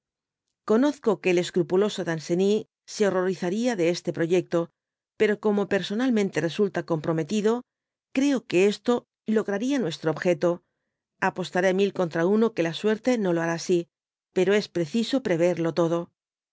conozco que el escrupuloso danceny se horrorizaría de este proyecto pero como personalmente resulta comprometido creo que esto lograría nuestro dby google objjcto apostaré mil oontm uiio que la suerte no lo hará asi pero es preciso preyeerlo todo